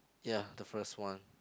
ya the first one